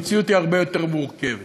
המציאות היא הרבה יותר מורכבת.